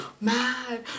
Mad